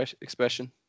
expression